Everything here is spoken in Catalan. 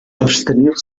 abstenir